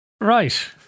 right